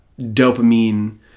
dopamine